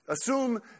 Assume